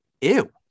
Ew